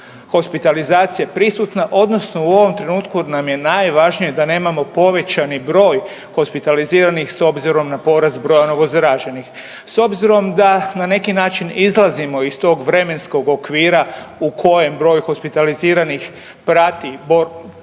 hospitalizacije prisutna odnosno u ovom trenutku nam je najvažnije da nemamo povećani broj hospitaliziranih s obzirom na porast broja novozaraženih. S obzirom da na neki način izlazimo iz tog vremenskog okvira u kojem broj hospitaliziranih prati porast